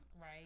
Right